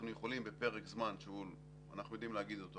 אנחנו יכולים בפרק זמן שאנחנו יודעים להגיד אותו,